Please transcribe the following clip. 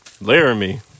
Laramie